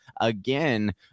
again